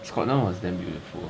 scotland was damn beautiful